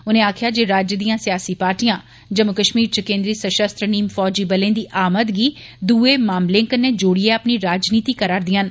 उनें आक्खेआ जे राज्य दियां सियासी पार्टियां जम्मू कश्मीर च केन्द्रीय सशस्त्र नीम फौजी बलें दी आमद गी दूए मामलें कन्नै जोड़ियै अपनी राजनीति करा'रदियां न